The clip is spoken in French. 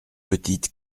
petite